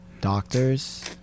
Doctors